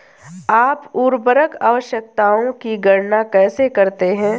आप उर्वरक आवश्यकताओं की गणना कैसे करते हैं?